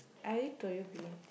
I already told you B